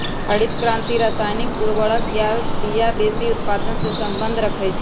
हरित क्रांति रसायनिक उर्वर आ बिया वेशी उत्पादन से सम्बन्ध रखै छै